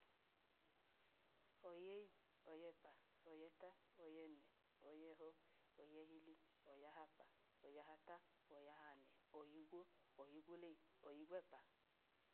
Ọya eyi, ọya ẹpa, ọya ẹta, ọya ẹne ọya ẹhọ, ọya ẹhili ọya ahapa, ọya ahata ọya ahane, ọya igwo, ọya igwoleye, ọya igwo ẹpa.